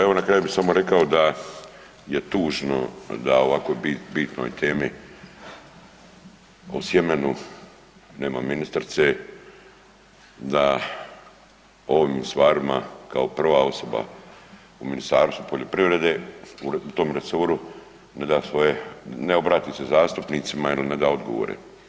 Evo na kraju bi samo rekao da je tužno da o ovako bitnoj temi o sjemenu nema ministrice, da o ovim stvarima kao prva osoba u Ministarstvu poljoprivrede, u tom resoru, ne da svoje, ne obrati se zastupnicima ili im ne da odgovore.